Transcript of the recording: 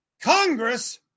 Congress